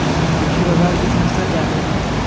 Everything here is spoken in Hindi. कृषि बाजार की समस्या क्या है?